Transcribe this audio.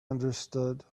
understood